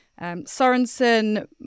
Sorensen